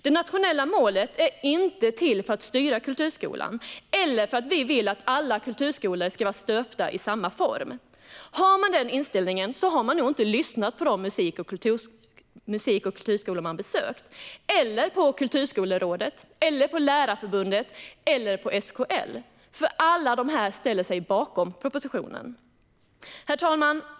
Det nationella målet är inte till för att styra kulturskolan eller för att vi vill att alla kulturskolor ska vara stöpta i samma form. Har man den inställningen har man nog inte lyssnat på de musik och kulturskolor man besökt, eller på Kulturskolerådet, Lärarförbundet eller SKL. Alla dessa ställer sig nämligen bakom propositionen. Fru talman!